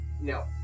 No